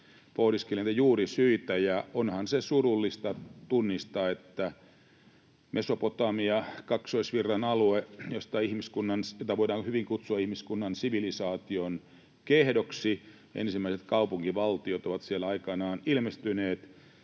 pohdiskeli näitä juurisyitä, ja onhan se surullista tunnistaa, että Mesopotamia, Kaksoisvirran alue, jota voidaan hyvin kutsua ihmiskunnan sivilisaation kehdoksi — ensimmäiset kaupunkivaltiot ovat siellä aikanaan ilmestyneet,